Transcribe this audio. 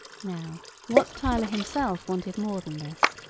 now, wat tyler himself wanted more than this.